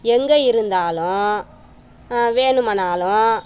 எங்கே இருந்தாலும் வேணுமனாலும்